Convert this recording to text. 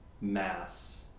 mass